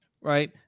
right